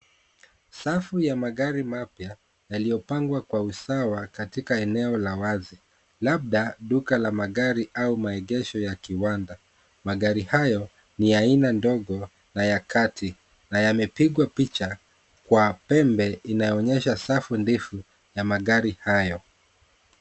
Safu ya magari mapya yaliyopangwa kwa usawa katika eneo la wazi, labda duka la magari au maegesho ya kiwanda. Magari hayo ni aina ndogo na ya kati na yamepigwa picha kwa pembe inayoonyesha safu ndefu ya magari hayo.